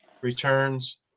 returns